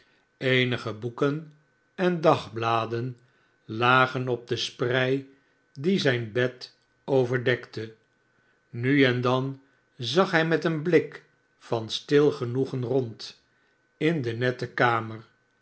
eenige boeken en dagbladen lagen op de sprei die zijn bed overdekte nuendan zag hij met een blik van stil genoegen rond in de nette kamer